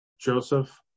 Joseph